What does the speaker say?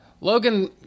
Logan